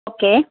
okay